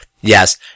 Yes